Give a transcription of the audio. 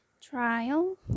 trial